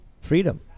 freedom